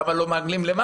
למה אתה לא מעגל למעלה.